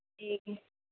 ठीक है